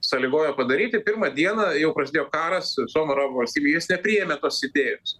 sąlygojo padaryti pirmą dieną jau prasidėjo karas su visom arabų valstybėm jos nepriėmė tos idėjos